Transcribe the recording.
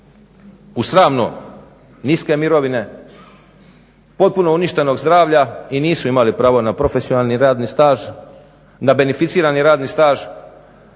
u sramno niske mirovine, potpuno uništenog zdravlja i nisu imali pravo na profesionalni radni staž, na beneficirani radni staž,